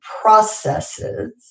processes